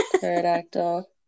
pterodactyl